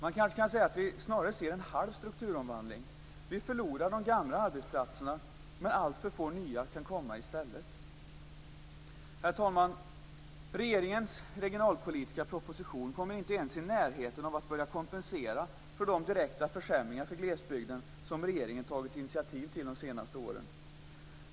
Kanske kan man säga att vi snarare ser en halv strukturomvandling. Vi förlorar de gamla arbetsplatserna, men alltför få nya kan komma i stället. Herr talman! Regeringens regionalpolitiska proposition kommer inte ens i närheten av att kompensera de direkta försämringar för glesbygden som regeringen tagit initiativ till de senaste åren.